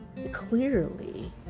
Clearly